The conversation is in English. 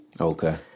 Okay